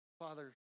Father